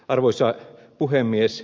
arvoisa puhemies